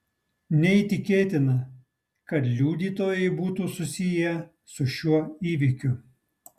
neįtikėtina kad liudytojai būtų susiję su šiuo įvykiu